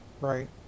right